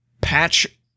patch